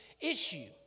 issue